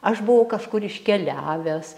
aš buvau kažkur iškeliavęs